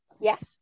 yes